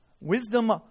Wisdom